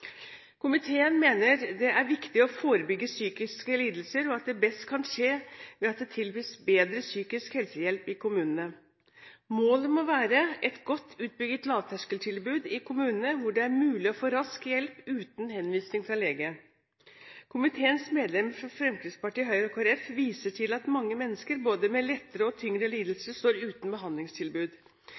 Komiteen mener det er viktig å forebygge psykiske lidelser, og at det best kan skje ved at det tilbys bedre psykisk helsehjelp i kommunene. Målet må være et godt utbygget lavterskeltilbud i kommunene hvor det er mulig å få rask hjelp uten henvisning fra lege. Komiteens medlemmer fra Fremskrittspartiet, Høyre og Kristelig Folkeparti viser til at mange mennesker, både med lettere og tyngre lidelser, står uten behandlingstilbud.